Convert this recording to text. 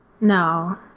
no